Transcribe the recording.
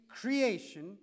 creation